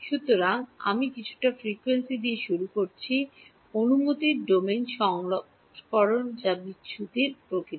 সুতরাং আমি কিছুটা ফ্রিকোয়েন্সি দিয়ে শুরু করেছি অনুমতির ডোমেন সংস্করণ যা বিচ্ছুরিত প্রকৃতি